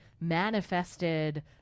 manifested